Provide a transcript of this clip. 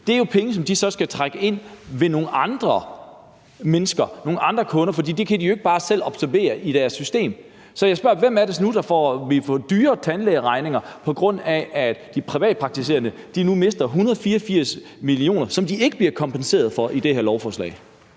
det er jo penge, som de så skal trække ind ved nogle andre mennesker, nogle andre kunder, for det kan de jo ikke bare selv absorbere i deres system. Så jeg spørger: Hvem er det nu, der vil få dyrere tandlægeregninger, på grund af at de privatpraktiserende nu mister 184 mio. kr., som de ikke bliver kompenseret for i det her lovforslag?